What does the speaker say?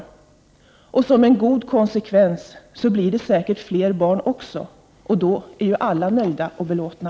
En god sak som detta för med sig är säkert att det också blir fler barn, och då är ju alla nöjda och belåtna.